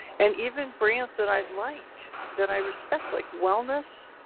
and even brands that i like, that i respect like wellness,